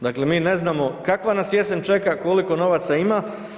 Dakle, mi ne znamo kakva nas jesen čeka, koliko novaca ima.